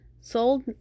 sold